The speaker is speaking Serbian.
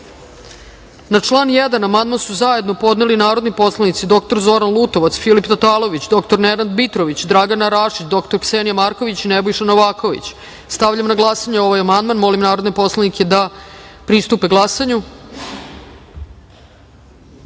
član 3. amandman su zajedno podneli narodni poslanici dr Zoran Lutovac, Filip Tatalović, dr Nenad Mitrović, Dragana Rašić, dr Ksenija Marković i Nebojša Novaković. Stavljam na glasanje ovaj amandman. Molim narodne poslanike da glasaju. Zaključujem